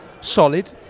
Solid